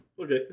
Okay